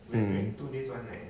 mm